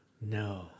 No